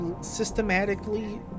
systematically